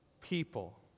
people